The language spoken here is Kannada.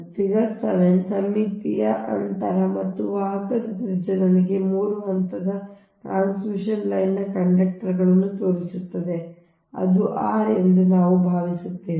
ಆದ್ದರಿಂದ ಫಿಗರ್ 7 ಸಮ್ಮಿತೀಯ ಅಂತರ ಮತ್ತು ವಾಹಕದ ತ್ರಿಜ್ಯದೊಂದಿಗೆ 3 ಹಂತದ ಟ್ರಾನ್ಸ್ಮಿಷನ್ ಲೈನ್ನ ಕಂಡಕ್ಟರ್ಗಳನ್ನು ತೋರಿಸುತ್ತದೆ ಅದು r ಎಂದು ನಾವು ಭಾವಿಸುತ್ತೇವೆ